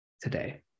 today